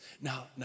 Now